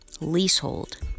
leasehold